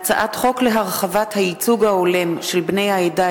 הצעת חוק להרחבת הייצוג ההולם של בני העדה